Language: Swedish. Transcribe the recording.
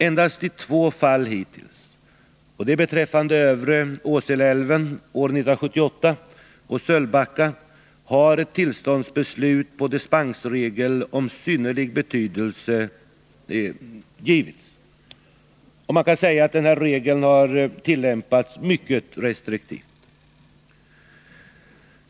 Endast i två fall hittills — beträffande övre Åseleälven år 1978 och Sölvbacka — har ett tillståndsbeslut grundats på dispensregeln om synnerlig betydelse. Regeln har sålunda tillämpats mycket restriktivt.